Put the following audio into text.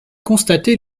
constaté